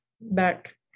back